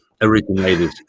originated